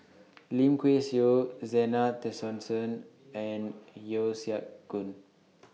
Lim Kay Siu Zena Tessensohn and Yeo Siak Goon